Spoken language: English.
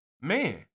Man